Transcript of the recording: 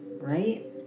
right